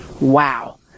Wow